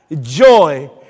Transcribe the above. joy